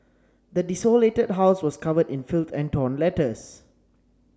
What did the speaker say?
the desolated house was covered in filth and torn letters